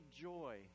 joy